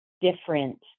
different